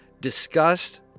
discussed